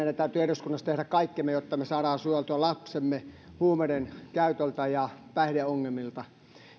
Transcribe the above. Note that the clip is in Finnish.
täytyy eduskunnassa tehdä kaikkemme jotta me saamme suojeltua lapsiamme huumeidenkäytöltä ja päihdeongelmilta